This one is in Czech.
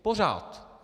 Pořád.